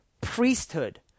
priesthood